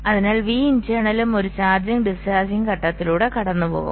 അതിനാൽ വിഇന്റർണലും ഒരു ചാർജിംഗ് ഡിസ്ചാർജിംഗ് ഘട്ടത്തിലൂടെ കടന്നുപോകും